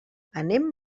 anem